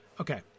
Okay